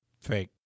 Fake